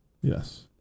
Yes